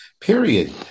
period